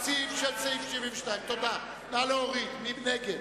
סעיף 72, לשנת 2009, נתקבל.